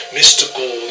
mystical